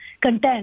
content